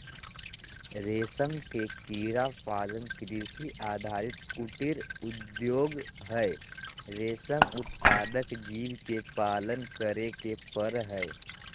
रेशम के कीड़ा पालन कृषि आधारित कुटीर उद्योग हई, रेशम उत्पादक जीव के पालन करे के पड़ हई